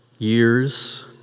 years